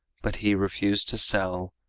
but he refused to sell,